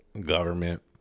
government